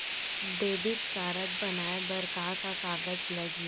Debit card बनवाये बर का का कागज लागही?